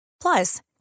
Plus